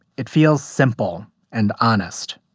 it feels simple and honest,